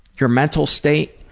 your mental state,